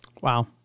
Wow